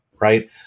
right